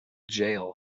jail